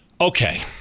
Okay